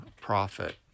profit